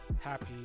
happy